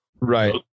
right